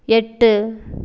எட்டு